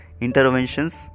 interventions